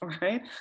right